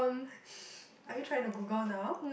are you trying to Google now